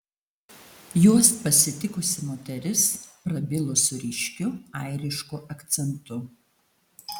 juos pasitikusi moteris prabilo su ryškiu airišku akcentu